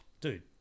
dude